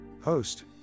Host